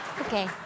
Okay